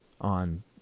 on